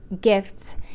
gifts